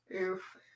Oof